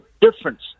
difference